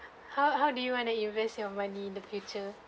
how how did you want to invest your money in the future